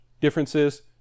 differences